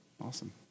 awesome